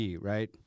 right